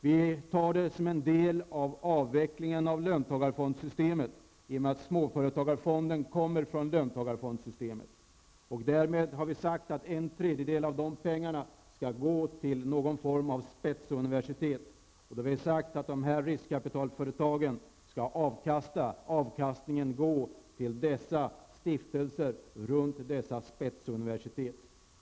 Vi tar det som en del av avvecklingen av löntagarfondsystemet i och med att småföretagarfonden kommer från löntagarfondssystemet. Vi har sagt att en tredjedel av dessa pengar skall gå till någon form av spetsuniversitet. Vi har sagt att avkastningen från de här riskkapitalföretagen skall gå till stiftelser runt dessa universitet.